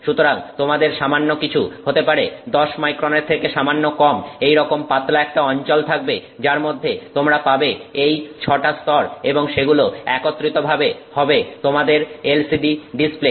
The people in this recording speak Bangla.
সুতরাং তোমাদের সামান্য কিছু হতে পারে 10 মাইক্রনের থেকে সামান্য কম এইরকম পাতলা একটা অঞ্চল থাকবে যার মধ্যে তোমরা পাবে এই 6 টা স্তর এবং সেগুলো একত্রিতভাবে হবে তোমাদের LCD ডিসপ্লে